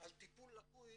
על טיפול לקוי